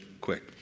quick